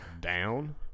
Down